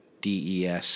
DES